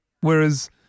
whereas